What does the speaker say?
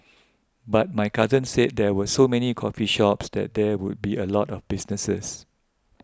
but my cousin said there were so many coffee shops so there would be a lot of business